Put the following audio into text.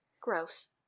Gross